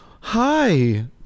Hi